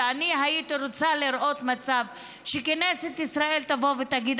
ואני הייתי רוצה לראות מצב כזה שכנסת ישראל תבוא ותגיד: